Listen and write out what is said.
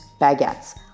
baguettes